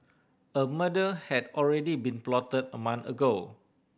a murder had already been plotted a month ago